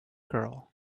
girl